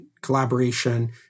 Collaboration